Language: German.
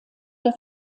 der